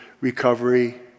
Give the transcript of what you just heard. recovery